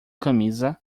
camisa